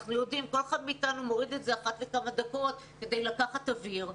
ואנחנו רואים שכל אחד מוריד את זה אחת לכמה דקות כדי לקחת אוויר,